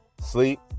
Sleep